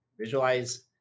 visualize